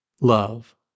love